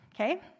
okay